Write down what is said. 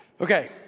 Okay